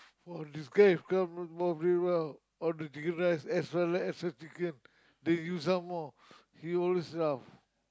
!wah! this guy come not very well order chicken rice extra rice extra chicken they give some more he always laugh